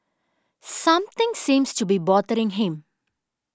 something seems to be bothering him